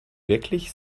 wirklich